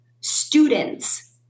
Students